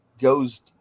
goes